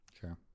Sure